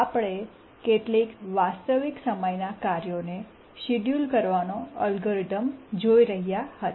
આપણે કેટલાક વાસ્તવિક સમયનાં કાર્યોને શેડ્યૂલ કરવાનો અલ્ગોરિધમ જોઈ રહ્યા હતા